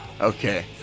Okay